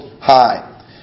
High